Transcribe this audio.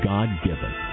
God-given